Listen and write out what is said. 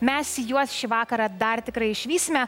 mes juos šį vakarą dar tikrai išvysime